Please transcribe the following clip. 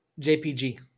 JPG